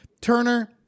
Turner